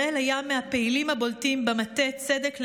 הראל היה מהפעילים הבולטים במטה צדק לעמירם,